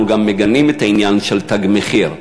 אנחנו גם מגנים את העניין של "תג מחיר",